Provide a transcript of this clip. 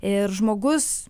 ir žmogus